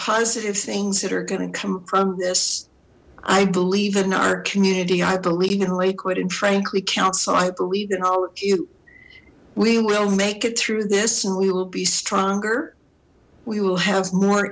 positive things that are going to come from this i believe in our community i believe in lakewood and frankly council i believe in all of you we will make it through this and we will be stronger we will have more